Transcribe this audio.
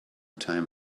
time